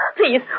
please